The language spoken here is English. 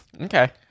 Okay